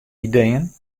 ideeën